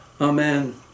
amen